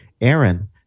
Aaron